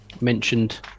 mentioned